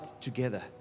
together